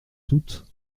toutes